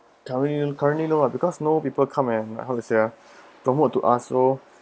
currently currently no lah because no people come and how to say ah promote to us so